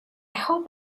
hope